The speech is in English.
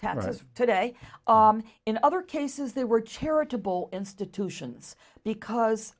terrace today in other cases there were charitable institutions because